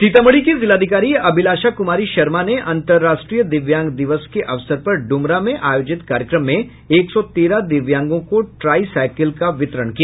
सीतामढ़ी की जिलाधिकारी अभिलाषा क्मारी शर्मा ने अंतर्राष्ट्रीय दिव्यांग दिवस के अवसर पर डुमरा में आयोजित कार्यक्रम में एक सौ तेरह दिव्यांगों को ट्राई साईकिल का वितरण किया